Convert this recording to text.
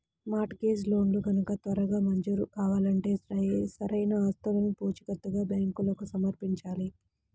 mart gauge లోన్లు గనక త్వరగా మంజూరు కావాలంటే సరైన ఆస్తులను పూచీకత్తుగా బ్యాంకులకు సమర్పించాలి